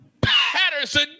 Patterson